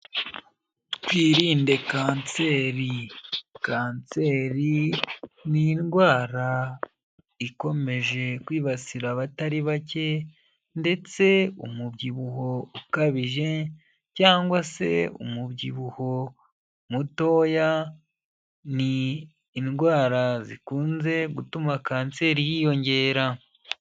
Twirinde kanseri, kanseri ni indwara ikomeje kwibasira abatari bake ndetse umubyibuho ukabije cyangwa se umubyibuho mutoya, ni indwara zikunze gutuma kanseri yiyongera.